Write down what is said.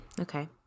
Okay